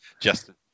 Justin